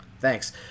thanks